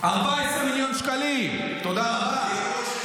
14 מיליון שקלים, תודה רבה.